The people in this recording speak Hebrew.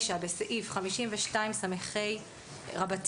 בסעיף 52סה(ב),